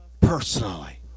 personally